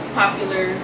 popular